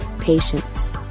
patience